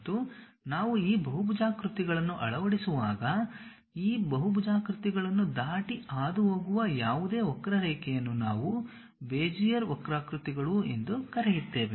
ಮತ್ತು ನಾವು ಈ ಬಹುಭುಜಾಕೃತಿಗಳನ್ನು ಅಳವಡಿಸುವಾಗ ಈ ಬಹುಭುಜಾಕೃತಿಗಳನ್ನು ದಾಟಿ ಹಾದುಹೋಗುವ ಯಾವುದೇ ವಕ್ರರೇಖೆಯನ್ನು ನಾವು ಬೆಜಿಯರ್ ವಕ್ರಾಕೃತಿಗಳು ಎಂದು ಕರೆಯುತ್ತೇವೆ